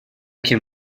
can